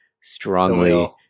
strongly